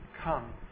Come